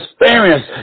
experience